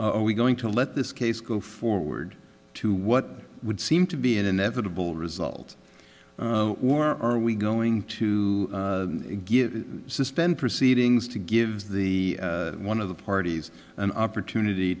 are we going to let this case go forward to what would seem to be an inevitable result or are we going to give suspend proceedings to give the one of the parties an opportunity